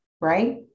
right